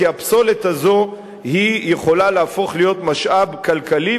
כי הפסולת הזאת יכולה להפוך להיות משאב כלכלי,